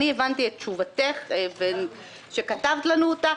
אני הבנתי את תשובתך שכתבת לנו אותה,